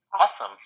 Awesome